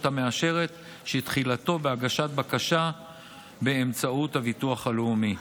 מאשרת שתחילתו בהגשת בקשה באמצעות הביטוח הלאומי.